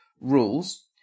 rules